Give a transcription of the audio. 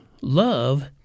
Love